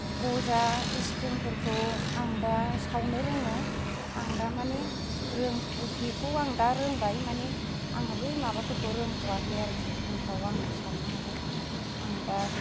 गजा इस्फिंफोरखौ आं दा सावनो रोङो आं दा माने रों बेखौ आं दा रोंबाय माने आङो बै माबाफोरखौ रोंथ'वाखै आरोखि उनफ्राव आङो सावनो हागोन आं दा